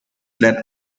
that